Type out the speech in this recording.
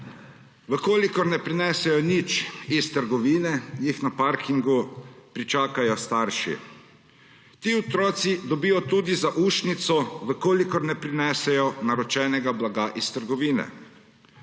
če ne prinesejo iz trgovine nič, jih na parkingu pričakajo starši. Ti otroci dobijo tudi zaušnico, če ne prinesejo naročenega blaga iz trgovine.